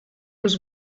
was